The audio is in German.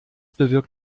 bewirkt